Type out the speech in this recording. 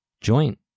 joint